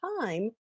time